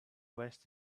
west